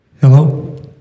Hello